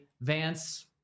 Vance